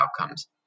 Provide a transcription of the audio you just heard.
outcomes